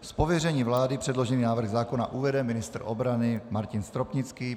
Z pověření vlády předložený návrh zákona uvede ministr obrany Martin Stropnický.